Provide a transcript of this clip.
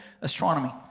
astronomy